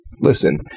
listen